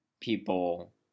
people